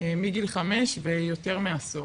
מגיל חמש ויותר מעשור.